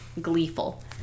gleeful